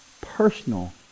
personal